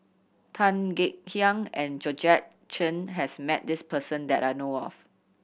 Tan Kek Hiang and Georgette Chen has met this person that I know of